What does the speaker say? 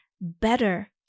better